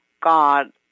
God